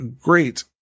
great